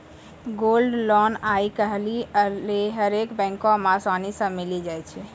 gold loan आइ काल्हि हरेक बैको मे असानी से मिलि जाय छै